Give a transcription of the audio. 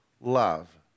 love